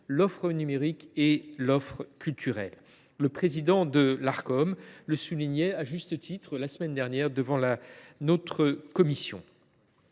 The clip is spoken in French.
l’offre numérique et l’offre culturelle. Le président de l’Arcom le soulignait à juste titre, la semaine dernière, devant notre commission.